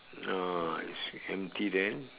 oh it's empty there